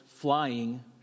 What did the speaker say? flying